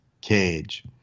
cage